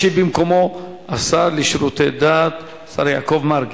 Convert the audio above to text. ישיב במקומו השר לשירותי דת, השר מרגי.